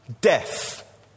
death